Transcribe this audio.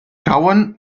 cauen